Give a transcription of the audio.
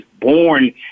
born